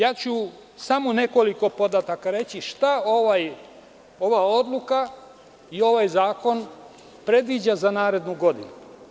Reći ću samo nekoliko podataka šta ova odluka i ovaj zakon predviđa za narednu godinu.